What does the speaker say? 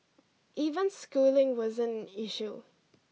even schooling wasn't an issue